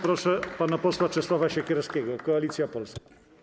Proszę pana posła Czesława Siekierskiego, Koalicja Polska.